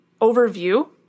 overview